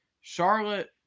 Charlotte